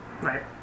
Right